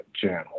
channel